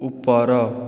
ଉପର